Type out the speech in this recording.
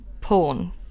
porn